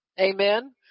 Amen